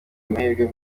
amahirwe